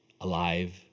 alive